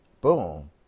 Boom